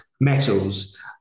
Metals